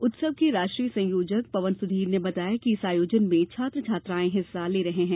उत्सव के राष्ट्रीय संयोजक पवन सुधीर ने बताया कि इस आयोजन में छात्र छात्रायें हिस्सा ले रहे हैं